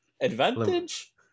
Advantage